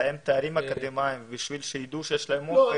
לסיים תארים אקדמאיים בשביל שידעו שיש להם אופק.